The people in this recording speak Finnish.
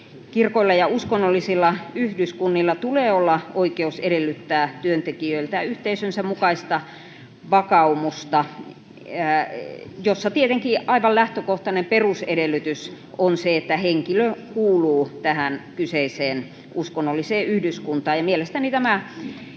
Kirkoilla ja uskonnollisilla yhdyskunnilla tulee olla oikeus edellyttää työntekijöiltä yhteisönsä mukaista vakaumusta, ja tietenkin aivan lähtökohtainen perusedellytys on se, että henkilö kuuluu tähän kyseiseen uskonnolliseen yhdyskuntaan.